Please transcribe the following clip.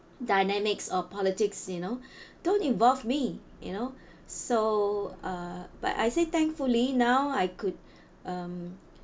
dynamics or politics you know don't involve me you know so uh but I say thankfully now I could um